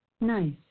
Nice